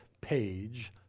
page